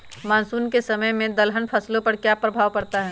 Monsoon के समय में दलहन फसलो पर क्या प्रभाव पड़ता हैँ?